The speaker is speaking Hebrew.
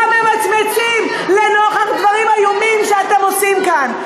לא ממצמצים לנוכח דברים איומים שאתם עושים כאן.